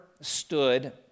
stood